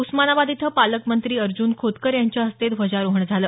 उस्मानाबाद इथं पालकमंत्री अर्ज्न खोतकर यांच्या हस्ते ध्वजारोहण झालं